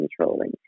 controlling